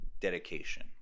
dedication